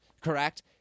Correct